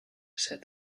said